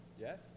yes